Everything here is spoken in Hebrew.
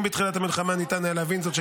אם בתחילת המלחמה ניתן היה להבין זאת,